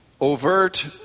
Overt